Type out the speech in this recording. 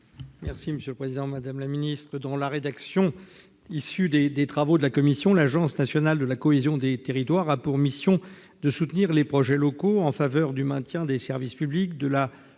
: La parole est à M. Patrice Joly. Dans la rédaction issue des travaux de la commission, l'agence nationale de la cohésion des territoires a pour mission de soutenir les projets locaux en faveur du maintien des services publics, de la